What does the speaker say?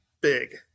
big